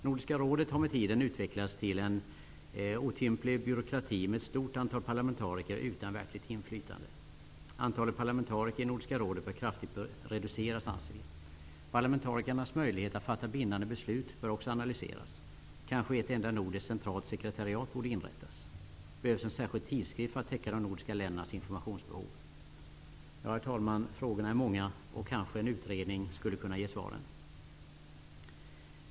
Nordiska rådet har med tiden utvecklats till en otymplig byråkrati med ett stort antal parlamentariker utan verkligt inflytande. Antalet parlamentariker i Nordiska rådet bör kraftigt reduceras, anser vi. Parlamentarikernas möjligheter att fatta bindande beslut bör också analyseras. Kanske ett enda nordiskt centralt sekretariat borde inrättas? Behövs en särskild tidskrift för att täcka de nordiska ländernas informationsbehov? Ja, herr talman, frågorna är många. Kanske en utredning skulle kunna ge svaren.